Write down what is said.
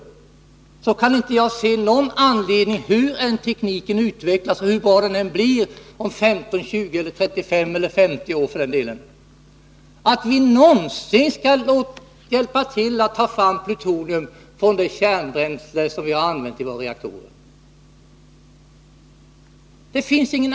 Mot denna bakgrund kan jag inte se någon anledning — hur tekniken än utvecklas och hur bra den än blir om 15, 20, 35 eller 50 år — att vi någonsin skall hjälpa till att ta fram plutonium från det kärnbränsle som vi har använt i våra reaktorer.